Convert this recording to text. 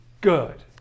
good